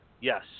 Yes